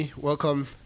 Welcome